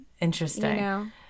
interesting